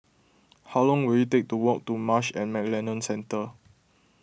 how long will it take to walk to Marsh and McLennan Centre